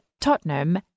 Tottenham